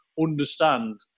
understand